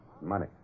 money